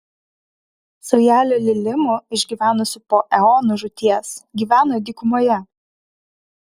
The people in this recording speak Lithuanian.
saujelė lilimų išgyvenusių po eonų žūties gyveno dykumoje